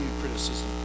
criticism